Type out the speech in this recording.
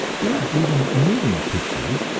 there are even moving-pictures,